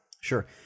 Sure